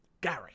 Gary